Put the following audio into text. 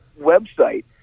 website